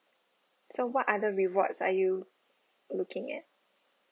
so what other rewards are you looking at